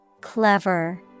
Clever